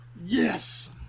Yes